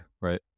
right